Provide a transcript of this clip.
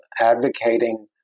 advocating